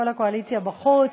כל הקואליציה בחוץ,